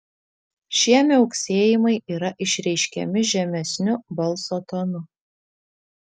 šie miauksėjimai yra išreiškiami žemesniu balso tonu